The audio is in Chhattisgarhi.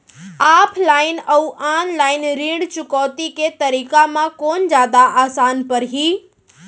ऑफलाइन अऊ ऑनलाइन ऋण चुकौती के तरीका म कोन जादा आसान परही?